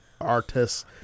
artists